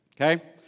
Okay